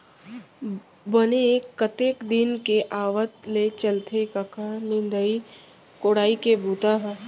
बने कतेक दिन के आवत ले चलथे कका निंदई कोड़ई के बूता ह?